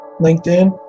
LinkedIn